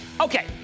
Okay